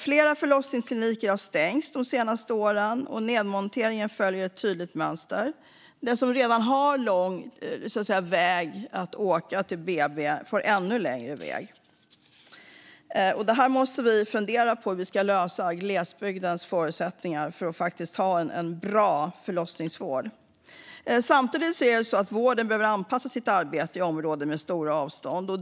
Flera förlossningskliniker har stängts de senaste åren, och nedmonteringen följer ett tydligt mönster. De som redan har lång väg att åka till BB får ännu längre väg. Vi måste fundera på hur vi ska lösa glesbygdens förutsättningar att faktiskt ha en bra förlossningsvård. Samtidigt behöver vården anpassa sitt arbete i områden med stora avstånd.